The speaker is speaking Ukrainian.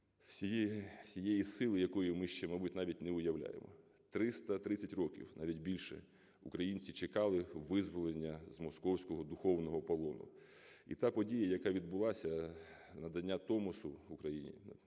всієї сили якої ми ще, мабуть, навіть не уявляємо. 330 років, навіть більше, українці чекали визволення з московського духовного полону, і та подія, яка відбулася – надання Томосу Україні,